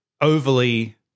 overly